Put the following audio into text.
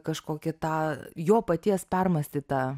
kažkokį tą jo paties permąstytą